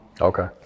Okay